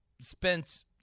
spent